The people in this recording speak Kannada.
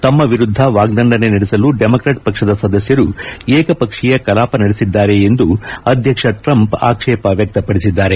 ತಮ್ನ ವಿರುದ್ದ ವಾಗ್ಗಂಡನೆ ನಡೆಸಲು ಡೆಮಕ್ರಾಟ್ ಪಕ್ಷದ ಸದಸ್ನರು ಏಕಪಕ್ಷೀಯ ಕಲಾಪ ನಡೆಸಿದ್ದಾರೆ ಎಂದು ಅಧ್ಯಕ್ಷ ಟ್ರಂಪ್ ಆಕ್ವೇಪ ವ್ಚಕ್ತಪಡಿಸಿದ್ದಾರೆ